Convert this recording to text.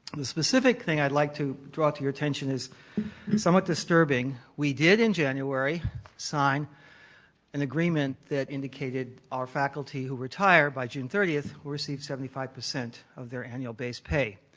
the specific thing i'd like to draw to your attention is and somewhat disturbing. we did in january sign an agreement that indicated our faculty who retire by june thirtieth will received seventy five percent of their annual based pay.